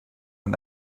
and